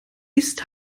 ist